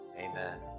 Amen